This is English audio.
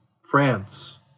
France